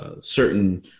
certain